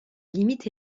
limite